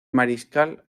mariscal